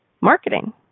marketing